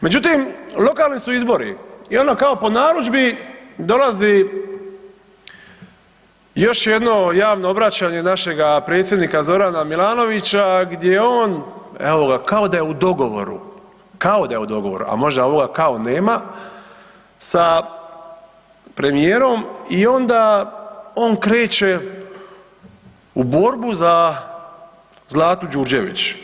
Međutim, lokalni su izbori i onda kao po narudžbi dolazi još jedno javno obraćanje našega predsjednika Zorana Milanovića gdje on, evo ga kao da je u dogovoru, kao da je u dogovoru, a možda ovog „kao“ nema, sa premijerom i onda on kreće u borbu za Zlatu Đurđević.